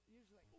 usually